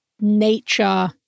nature